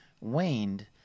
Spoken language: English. waned